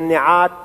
במניעת